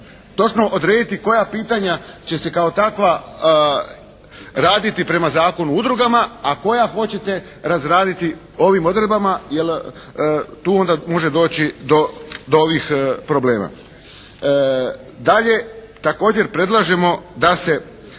Točno odrediti koja pitanja će se kao takva raditi prema Zakonu o udrugama, a koja hoćete razraditi ovim odredbama. Jer tu onda može doći do ovih problema. Dalje također predlažemo da se